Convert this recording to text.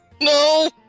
No